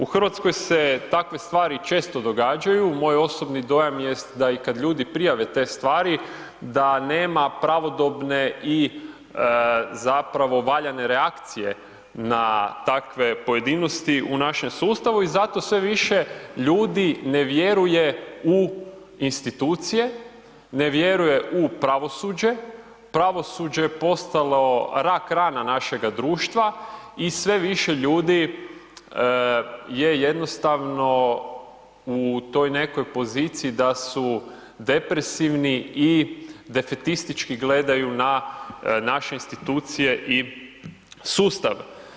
U Hrvatskoj se takve stvari često događaju, moj osobni dojam jest da i kad ljudi prijave te stvari da nema pravodobne i zapravo valjane reakcije na takve pojedinosti u našem sustavu i zato sve više ljudi ne vjeruje u institucije, ne vjeruje u pravosuđe, pravosuđe je postalo rak rana našega društva i sve više ljudi je jednostavno u toj nekoj poziciji da su depresivni i defetistički gledaju na naše institucije i sustav.